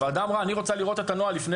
הוועדה אמרה שהיא רוצה לראות את הנוהל לפני